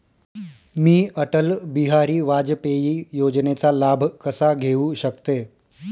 मी अटल बिहारी वाजपेयी योजनेचा लाभ कसा घेऊ शकते?